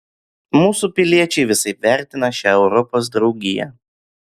mūsų piliečiai visaip vertina šią europos draugiją